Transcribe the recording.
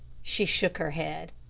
she shook her head.